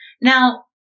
Now